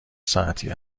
ساعتی